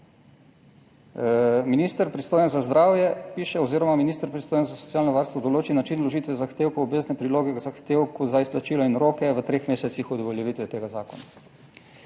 Minister pristojen za zdravje, piše, oziroma minister pristojen za socialno varstvo določi način vložitve zahtevkov, obvezne priloge k zahtevku za izplačilo in roke v treh mesecih od uveljavitve tega zakona.